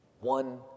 One